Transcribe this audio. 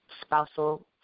spousal